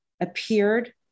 appeared